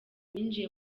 binjiye